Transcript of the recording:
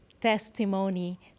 testimony